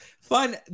fun